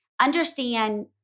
understand